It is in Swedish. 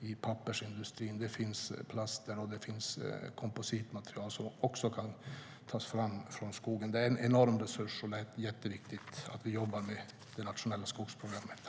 i pappersindustrin. Plaster och kompositmaterial kan också tas fram från skogen. Den är en enorm resurs, och det är jätteviktigt att vi jobbar med det nationella skogsprogrammet.